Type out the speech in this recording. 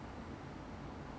the prime membership